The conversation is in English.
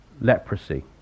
leprosy